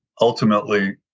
Ultimately